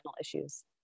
issues